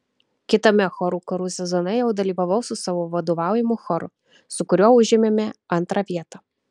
kitame chorų karų sezone jau dalyvavau su savo vadovaujamu choru su kuriuo užėmėme antrą vietą